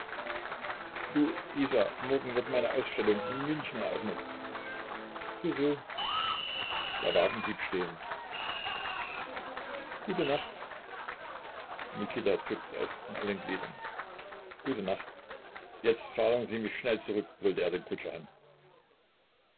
du isa morgen wird meine ausstellung in münchen eröffnet so so der wagen blieb stehen gute nacht mikita zuckte es in allen gliedern gute nacht jetzt fahren sie mich aber schnell zurück brüllte er den kutscher an